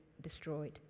destroyed